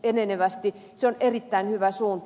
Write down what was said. se on erittäin hyvä suunta